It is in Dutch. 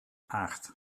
acht